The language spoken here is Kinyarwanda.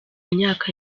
myaka